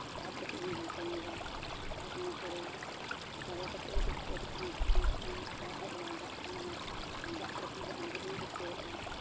ᱟᱨ ᱠᱟᱹᱴᱤᱡ ᱵᱚᱱ ᱜᱷᱟᱱᱴᱟ ᱧᱚᱜᱟ ᱟᱨ ᱤᱱᱟᱹ ᱯᱚᱨᱮ ᱜᱷᱟᱱᱴᱟ ᱵᱟᱲᱟ ᱠᱟᱛᱮ ᱠᱟᱹᱴᱤᱡ ᱛᱷᱟᱹᱨᱤ ᱛᱮᱵᱚᱱ ᱰᱷᱟᱸᱠᱚᱱ ᱠᱟᱜᱼᱟ ᱚᱱᱟ ᱟᱲᱟᱜ ᱨᱮᱭᱟᱜ ᱡᱟᱦᱟᱸ ᱫᱟᱜ ᱛᱟᱦᱮᱱᱟ ᱚᱱᱟ ᱫᱟᱜ ᱠᱟᱹᱴᱤᱡ ᱵᱚᱱ ᱟᱸᱡᱮᱫ ᱧᱚᱜ ᱦᱚᱪᱚᱣᱟᱜᱼᱟ